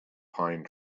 pine